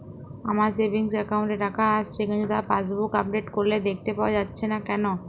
আমার savings account এ টাকা আসছে কিন্তু তা পাসবুক আপডেট করলে দেখতে পাওয়া যাচ্ছে না কেন?